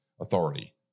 authority